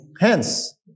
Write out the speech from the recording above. hence